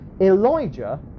Elijah